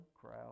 crowd